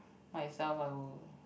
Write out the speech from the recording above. myself I will